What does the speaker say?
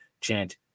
chant